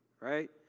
Right